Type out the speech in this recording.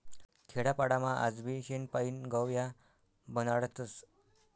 खेडापाडामा आजबी शेण पायीन गव या बनाडतस